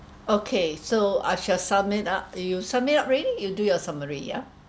okay so I shall sum it up you sum it up already you do your summary yeah